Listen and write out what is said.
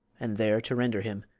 and there to render him,